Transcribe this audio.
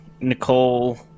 Nicole